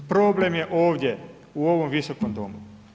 Probleme je ovdje u ovom Visokom domu.